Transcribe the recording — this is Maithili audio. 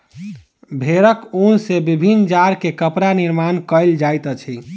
भेड़क ऊन सॅ विभिन्न जाड़ के कपड़ा निर्माण कयल जाइत अछि